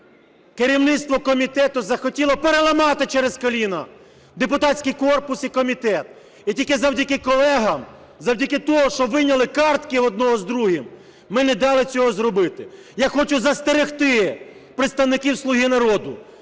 керівництво комітету захотіло переламати через коліно депутатський корпус і комітет. І тільки завдяки колегам, завдяки того, що вийняли картки одного з другим, ми не дали цього зробити. Я хочу застерегти представників "Слуги народу".